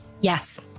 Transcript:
Yes